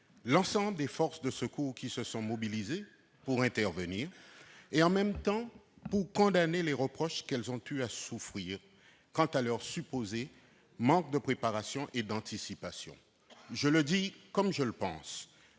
l'ensemble des forces de secours qui se sont mobilisées pour intervenir et, dans le même temps, pour condamner les reproches qu'elles ont eu à souffrir quant à leur supposé manque de préparation et d'anticipation. Je le dis comme je le pense